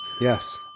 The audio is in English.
Yes